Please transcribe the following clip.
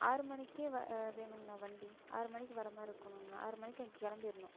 ஆறு மணிக்கே வ வேணுங்ண்ணா வண்டி ஆறு மணிக்கு வர மாதிரி இருக்குணுங்ண்ணா ஆறு மணிக்கு அங்கே கிளம்பிர்ணும்